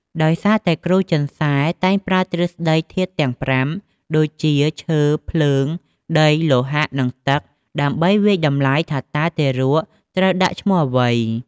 ដោយសារគ្រូចិនសែ តែងប្រើទ្រឹស្ដីធាតុទាំងប្រាំ ដូចជា ឈើ ភ្លើង ដី លោហៈ និងទឹក ដើម្បីវាយតម្លៃថាតើទារកត្រូវដាក់ឈ្មោះអ្វី។